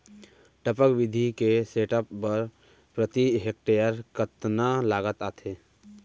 टपक विधि के सेटअप बर प्रति हेक्टेयर कतना लागत आथे?